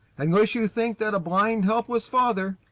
unless you think that a blind, helpless father